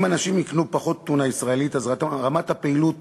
אם אנשים יקנו פחות טונה ישראלית, אז רמת הפעילות